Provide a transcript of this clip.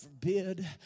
forbid